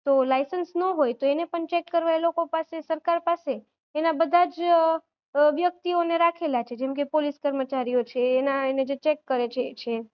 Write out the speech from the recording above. તો લાઈસન્સ ના હોય તો એને પણ ચેક કરવા એ લોકો પાસે સરકાર પાસે એના બધા જ વ્યક્તિઓને રાખેલા છે જેમ કે પોલીસ કર્મચારીઓ છે એના એને જે ચેક કરે એ છે